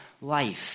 life